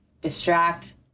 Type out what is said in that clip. distract